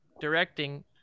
directing